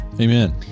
amen